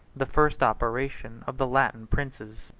the first operation of the latin princes.